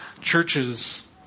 churches